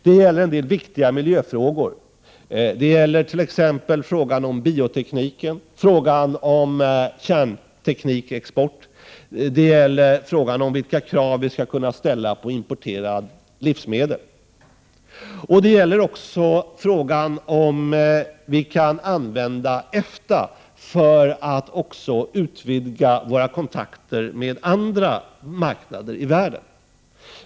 Det gäller en del viktiga miljöfrågor, t.ex. biotekniken, export av kärnteknik och vilka krav vi skall ställa på importerade livsmedel. Det gäller också frågan om vi kan använda EFTA för att utvidga våra kontakter också med andra marknader i världen.